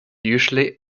usually